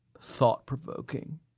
thought-provoking